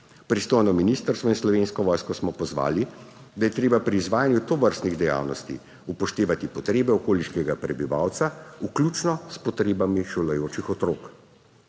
Pristojno ministrstvo in Slovensko vojsko smo pozvali, da je treba pri izvajanju tovrstnih dejavnosti upoštevati potrebe okoliškega prebivalca, vključno s potrebami šolajočih otrok.